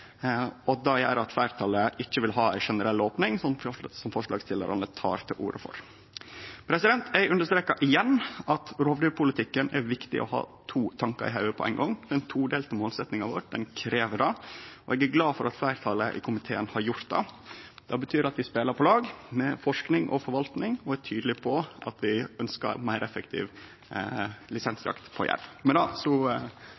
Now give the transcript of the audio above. Det gjer at fleirtalet ikkje vil ha ei generell opning, som forslagsstillarane tek til orde for. Eg understrekar igjen at i rovdyrpolitikken er det viktig å ha to tankar i hovudet på ein gong. Ei todelt målsetjing krev det. Eg er glad for at fleirtalet i komiteen har gjort det. Det betyr at vi spelar på lag med forsking og forvalting og er tydelege på at vi ønskjer meir effektiv